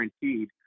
guaranteed